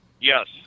Yes